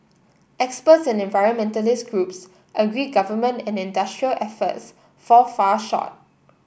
experts and environmentalist groups agree government and industry efforts fall far short